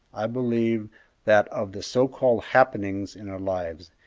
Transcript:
i believe that of the so-called happenings in our lives,